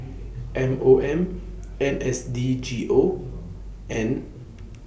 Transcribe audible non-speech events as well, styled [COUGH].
[NOISE] M O M [NOISE] N S D G O and [NOISE]